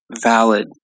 valid